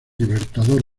libertador